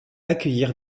accueillir